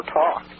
talk